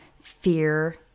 fear